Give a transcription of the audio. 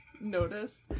noticed